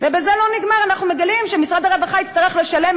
ובזה לא נגמר: אנחנו מגלים שמשרד הרווחה יצטרך לשלם,